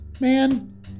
man